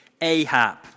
Ahab